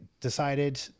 decided